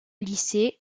lycée